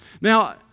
Now